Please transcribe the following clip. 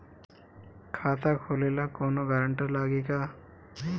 खाता खोले ला कौनो ग्रांटर लागी का?